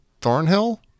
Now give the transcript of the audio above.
Thornhill